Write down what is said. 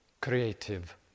creative